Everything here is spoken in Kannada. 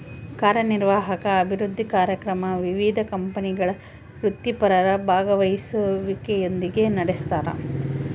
ಕಾರ್ಯನಿರ್ವಾಹಕ ಅಭಿವೃದ್ಧಿ ಕಾರ್ಯಕ್ರಮ ವಿವಿಧ ಕಂಪನಿಗಳ ವೃತ್ತಿಪರರ ಭಾಗವಹಿಸುವಿಕೆಯೊಂದಿಗೆ ನಡೆಸ್ತಾರ